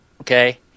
Okay